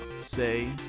say